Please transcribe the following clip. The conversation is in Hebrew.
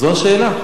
זאת השאלה.